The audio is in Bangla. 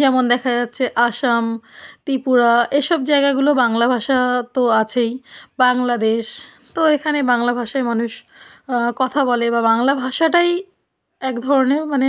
যেমন দেখা যাচ্ছে আসাম ত্রিপুরা এই সব জায়গাগুলো বাংলা ভাষা তো আছেই বাংলাদেশ তো এখানে বাংলা ভাষায় মানুষ কথা বলে বা বাংলা ভাষাটাই এক ধরনের মানে